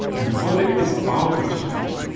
when the body is out of sugar,